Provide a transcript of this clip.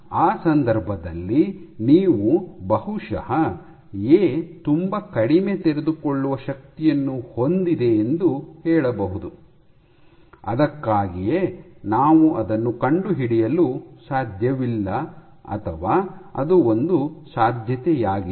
ಆದ್ದರಿಂದ ಆ ಸಂದರ್ಭದಲ್ಲಿ ನೀವು ಬಹುಶಃ ಎ ತುಂಬಾ ಕಡಿಮೆ ತೆರೆದುಕೊಳ್ಳುವ ಶಕ್ತಿಯನ್ನು ಹೊಂದಿದೆ ಎಂದು ಹೇಳಬಹುದು ಅದಕ್ಕಾಗಿಯೇ ನಾವು ಅದನ್ನು ಕಂಡುಹಿಡಿಯಲು ಸಾಧ್ಯವಿಲ್ಲ ಅಥವಾ ಅದು ಒಂದು ಸಾಧ್ಯತೆಯಾಗಿದೆ